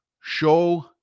Show